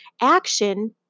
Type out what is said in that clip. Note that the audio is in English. action